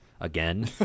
again